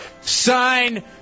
Sign